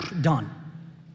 done